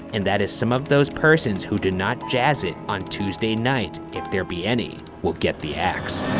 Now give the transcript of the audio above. and that is some of those persons who do not jazz it on tuesday night, if there be any, will get the axe.